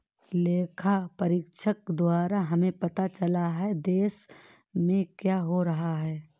लेखा परीक्षक द्वारा हमें पता चलता हैं, देश में क्या हो रहा हैं?